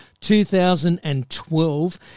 2012